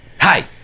Hi